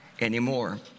anymore